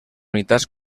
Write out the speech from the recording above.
unitats